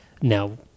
now